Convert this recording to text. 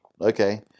Okay